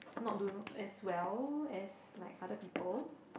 not doing as well as like other people